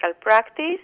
practice